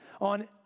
On